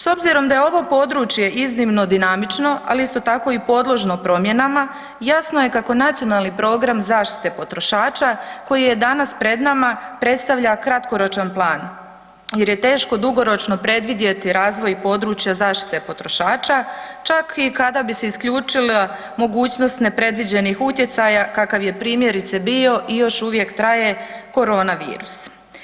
S obzirom da je ovo područje iznimno dinamično, ali isto tako i podložno promjenama jasno je kako Nacionalni program zaštite potrošača koji je danas pred nama predstavlja kratkoročan plan jer je teško dugoročno predvidjeti razvoj područja zaštite potrošača, čak i kada bi se isključila mogućnost nepredviđenih utjecaja kakav je primjerice bio i još uvijek traje koronavirus.